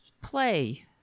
play